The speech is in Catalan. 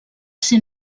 ser